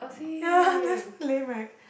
ya they're so lame right